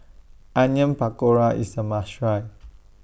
Onion Pakora IS A must Try